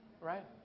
Right